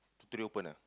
so three open ah